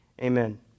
Amen